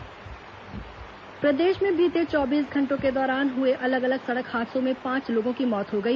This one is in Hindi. दुर्घटना प्रदेश में बीते चौबीस घंटों के दौरान हुए अलग अलग सड़क हादसों में पांच लोगों की मौत हो गई